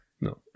No